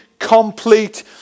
complete